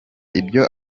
ibyo